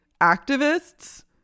activists